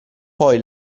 poi